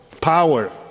Power